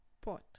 pot